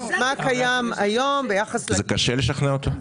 זה קשה לשכנע אותו?